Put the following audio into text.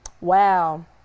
wow